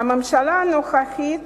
הממשלה הנוכחית